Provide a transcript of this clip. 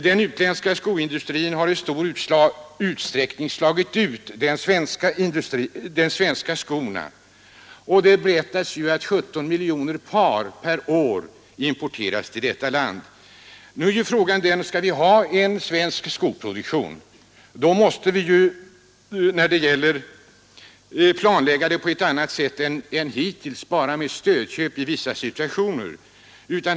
Den utländska skoindustrin har i stor utsträckning slagit ut de svenska skorna, och det berättas att 17 miljoner par importeras till detta land. Då är frågan den: Skall vi ha en svensk skoproduktion? I så fall måste vi planlägga den på ett annat sätt än hittills — nu förekommer bara stödköp i vissa situationer.